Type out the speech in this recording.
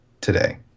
today